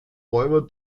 räuber